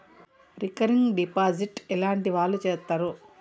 Recurring deposit ఎట్లాంటి వాళ్లు చేత్తరు?